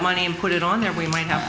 money and put it on there we might have